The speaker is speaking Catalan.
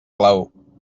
clau